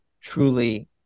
truly